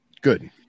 Good